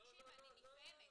תקשיב, אני נפעמת.